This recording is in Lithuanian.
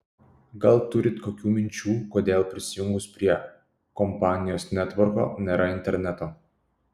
gal turit kokių minčių kodėl prisijungus prie kompanijos netvorko nėra interneto